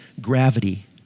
gravity